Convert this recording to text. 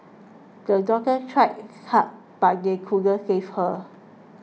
the doctors tried hard but they couldn't save her